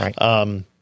Right